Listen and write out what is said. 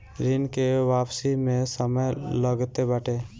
ऋण के वापसी में समय लगते बाटे